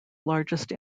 largest